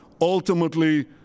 ultimately